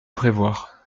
prévoir